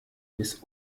bis